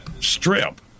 strip